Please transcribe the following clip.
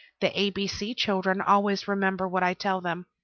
the a b c children always remember what i tell them.